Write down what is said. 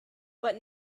but